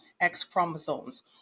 X-chromosomes